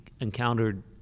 encountered